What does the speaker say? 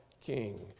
king